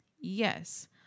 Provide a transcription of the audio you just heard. Yes